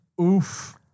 Oof